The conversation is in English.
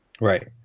Right